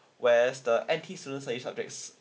where's the N_T students science subjects